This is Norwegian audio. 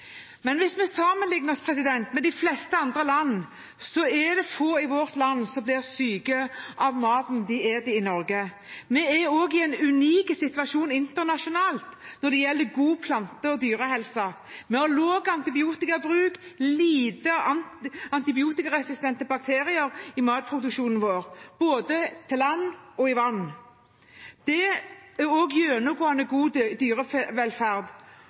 Men hvis vi sammenligner oss med de fleste andre land, er det få i vårt land som blir syke av maten de spiser i Norge. Vi er også i en unik situasjon internasjonalt når det gjelder god plante- og dyrehelse. Vi har lav antibiotikabruk og lite antibiotikaresistente bakterier i matproduksjonen vår, både på land og i vann. Det er